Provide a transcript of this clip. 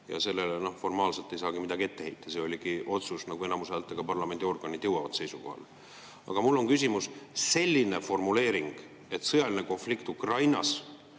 Sellele formaalselt ei saagi midagi ette heita, see oligi enamushäältega tehtud otsus, nagu ikka parlamendiorganid jõuavad seisukohale. Aga mul on küsimus: selline formuleering, et "sõjaline konflikt Ukrainas